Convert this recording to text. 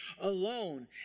alone